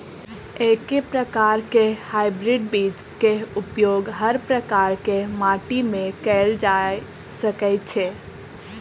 एके प्रकार केँ हाइब्रिड बीज केँ उपयोग हर प्रकार केँ माटि मे कैल जा सकय छै?